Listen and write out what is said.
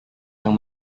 yang